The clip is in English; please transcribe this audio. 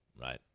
Right